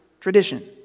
Tradition